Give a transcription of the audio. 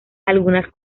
algunas